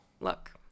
look